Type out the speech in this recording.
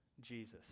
Jesus